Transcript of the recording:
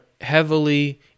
heavily